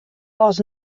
pas